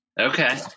okay